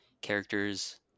Characters